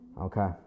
Okay